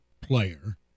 player